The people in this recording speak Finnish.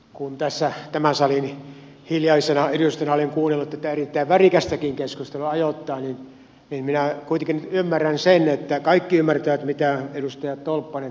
kun tässä tämän salin hiljaisena edustajana olen kuunnellut tätä ajoittain erittäin värikästäkin keskustelua niin minä kuitenkin nyt ymmärrän kaikki ymmärtävät mitä edustaja tolppanen tarkoitti näillä kissanpäivillä